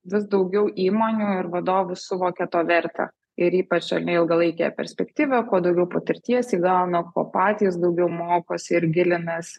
vis daugiau įmonių ir vadovų suvokia to vertę ir ypač ar ne ilgalaikėje perspektyvoje kuo daugiau patirties įgauna kuo patys daugiau mokosi ir gilinasi